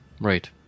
Right